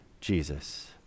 Jesus